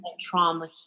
Trauma